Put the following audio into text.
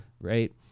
Right